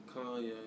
Kanye